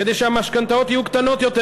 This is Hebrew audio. כדי שהמשכנתאות יהיו קטנות יותר,